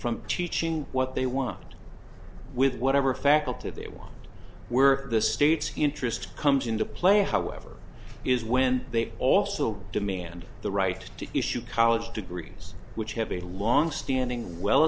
from teaching what they want with whatever faculty they want where the state's interest comes into play however is when they also demand the right to issue college degrees which have a longstanding well